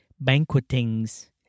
banquetings